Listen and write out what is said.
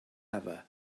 ever